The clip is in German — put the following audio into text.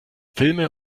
filme